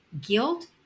Guilt